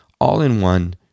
all-in-one